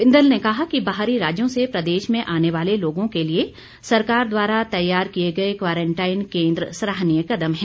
बिंदल ने कहा कि बाहरी राज्यों से प्रदेश में आने वाले लोगों के लिए सरकार द्वारा तैयार किए गए क्वारंटाइन केन्द्र सराहनीय कदम है